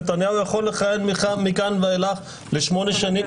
נתניהו יכול לכהן מכאן ואילך ל-8 שנים.